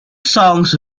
songs